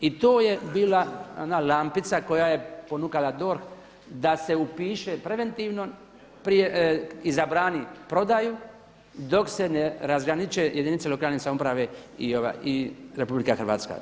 I to je bila ona lampica koja je ponukala DORH. da se upiše preventivno i zabrani prodaju dok se ne razgraniče jedinice lokalne samouprave i RH.